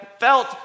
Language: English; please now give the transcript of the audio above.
Felt